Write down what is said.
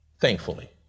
Thankfully